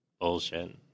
bullshit